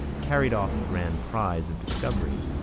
carried off the grand prize of discovery.